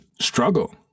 struggle